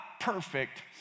perfect